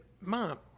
Mom